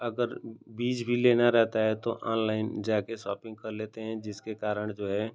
अगर बीज भी लेना रहता है तो ऑनलाइन जाकर शॉपिन्ग कर लेते हैं जिसके कारण जो है